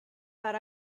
that